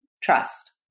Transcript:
trust